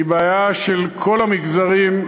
היא בעיה של כל המגזרים,